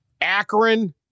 Akron